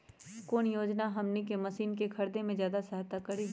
कौन योजना हमनी के मशीन के खरीद में ज्यादा सहायता करी?